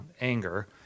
anger